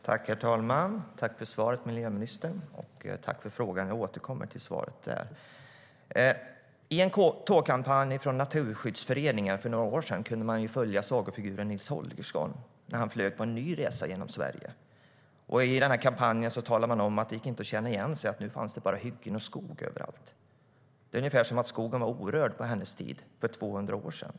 Herr talman! Tack för svaret, miljöministern! Tack också för frågan - jag återkommer till svaret på den. I en tågkampanj från Naturskyddsföreningen för några år sedan kunde man följa sagofiguren Nils Holgersson när han flög på en ny resa genom Sverige. I den kampanjen talade man om att det inte gick att känna igen sig, för nu fanns det bara hyggen och skog överallt. Det är ungefär som om skogen var orörd på Selma Lagerlöfs tid för 200 år sedan.